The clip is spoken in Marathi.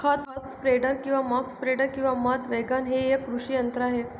खत स्प्रेडर किंवा मक स्प्रेडर किंवा मध वॅगन हे एक कृषी यंत्र आहे